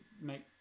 make